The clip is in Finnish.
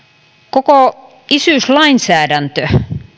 koko isyyslainsäädäntö